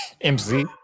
MC